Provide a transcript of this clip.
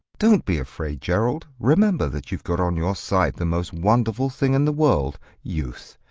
don't be afraid, gerald. remember that you've got on your side the most wonderful thing in the world youth!